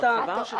של ההרחבה?